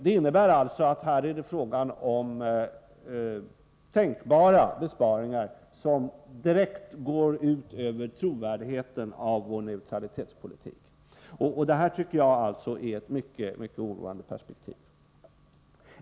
Här är det alltså fråga om tänkbara besparingar som direkt går ut över trovärdigheten hos vår neutralitetspolitik. Det tycker jag är ett mycket oroande perspektiv.